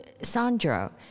Sandro